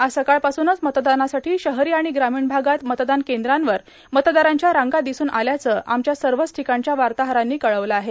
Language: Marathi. आज सकाळपासूनच मतदानासाठी शहरी आणि ग्रामीण भागात मतदान केंद्रांवर मतदारांच्या रांगा दिसून आल्याचं आमच्या सर्वच ठिकाणच्या वार्ताहरानं कळविलं आहे